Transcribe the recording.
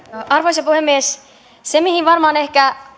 arvoisa puhemies se mihin varmaan ehkä